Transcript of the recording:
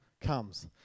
comes